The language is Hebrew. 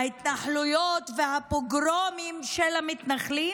ההתנחלויות והפוגרומים של המתנחלים